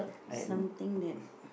something that